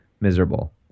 miserable